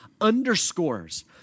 underscores